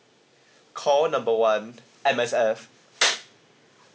call number one M_S_F